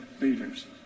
leaders